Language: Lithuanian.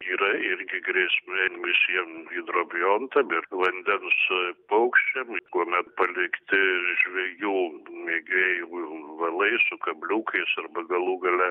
yra irgi grėsmė šiem hidrobiontam ir vandens paukščiam kuomet palikti žvejų mėgėjų valai su kabliukais arba galų gale